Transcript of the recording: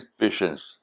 patience